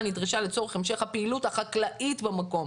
נדרשה לצורך המשך הפעילות החקלאית במקום,